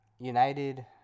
United